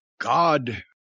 God